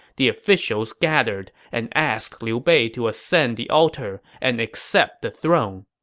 the officials gathered and asked liu bei to ascend the altar and accept the throne.